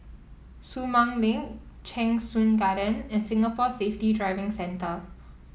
Sumang Link Cheng Soon Garden and Singapore Safety Driving Centre